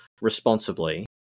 responsibly